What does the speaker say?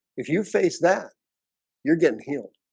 if you face that you're getting healed